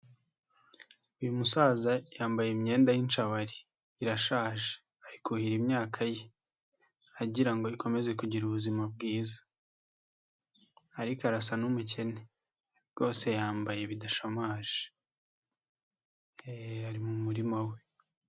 Uyu musaza yambaye imyenda y'inshabari irashaje ari kuhira imyaka agira ngo ikomeze kugira ubuzima ariko arasa n'umukene, rwose yambaye bidashamaje ari mu murima we.